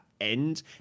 end